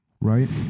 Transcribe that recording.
Right